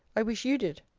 i wish you did.